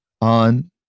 on